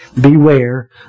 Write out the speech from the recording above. beware